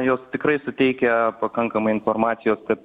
jos tikrai suteikia pakankamai informacijos kad